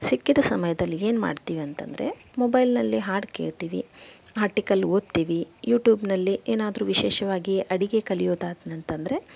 ಸಿಕ್ಕಿದ ಸಮಯದಲ್ಲಿ ಏನು ಮಾಡ್ತೀವಿ ಅಂತಂದರೆ ಮೊಬೈಲ್ನಲ್ಲಿ ಹಾಡು ಕೇಳ್ತೀವಿ ಆರ್ಟಿಕಲ್ ಓದ್ತೀವಿ ಯೂಟೂಬ್ನಲ್ಲಿ ಏನಾದರೂ ವಿಶೇಷವಾಗಿ ಅಡಗೆ ಕಲಿಯೋದಾನಂತಂದ್ರೆ